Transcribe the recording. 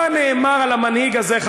מה נאמר על המנהיג הזה.